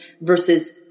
versus